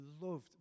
loved